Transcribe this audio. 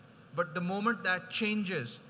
but the moment that changes,